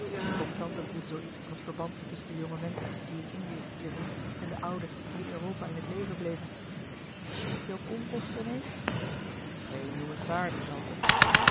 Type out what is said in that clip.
ook tante voelde zoo iets van het verband tusschen de jonge menschen die in indie stierven en de oude die in europa in het leven bleven heb je ook onkosten neef green noemenswaarde tante